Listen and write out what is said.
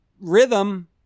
rhythm